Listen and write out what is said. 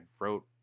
wrote